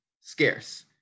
scarce